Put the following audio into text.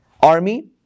army